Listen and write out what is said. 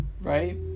right